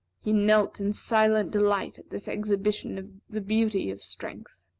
he knelt in silent delight at this exhibition of the beauty of strength.